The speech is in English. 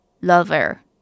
lover